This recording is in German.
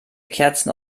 kerzen